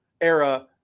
era